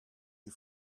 you